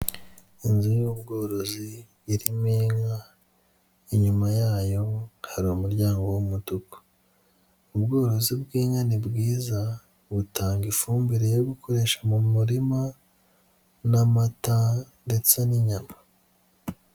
Inzu y'ubworozi irimo inka inyuma yayo hari umuryango w'umutuku. Ubworozi bw'inka ni bwiza butanga ifumbire yo gukoresha mu murima n'amata ndetse n'inyama.